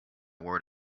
word